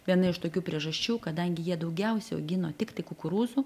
viena iš tokių priežasčių kadangi jie daugiausia augino tiktai kukurūzų